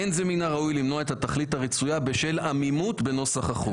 אין זה מן הראוי למנוע את התכלית הרצויה בשל עמימות בנוסח החוק.